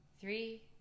three